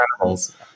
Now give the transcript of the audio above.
animals